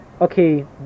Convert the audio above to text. okay